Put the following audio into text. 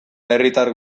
herritar